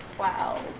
wow.